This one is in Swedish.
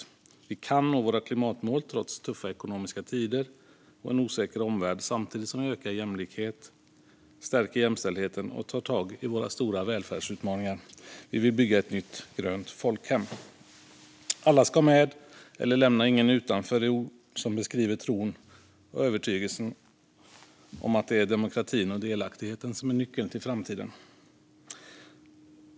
Sverige kan nå klimatmålen trots tuffa ekonomiska tider och en osäker omvärld samtidigt som man ökar jämlikheten, stärker jämställdheten och tar tag i de stora välfärdsutmaningarna. Miljöpartiet vill bygga ett nytt, grönt folkhem. Att alla ska med och att ingen ska lämnas utanför är ord som beskriver tron och övertygelsen om att demokratin och delaktigheten är nycklarna till framtiden.